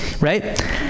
right